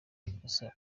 ikosa